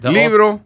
libro